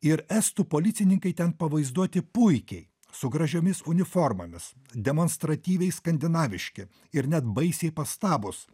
ir estų policininkai ten pavaizduoti puikiai su gražiomis uniformomis demonstratyviai skandinaviški ir net baisiai pastabūs